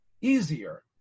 easier